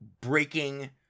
breaking